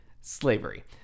slavery